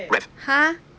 !huh!